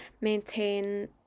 maintain